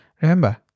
Remember